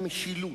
איזה הסכם?